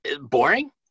Boring